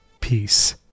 peace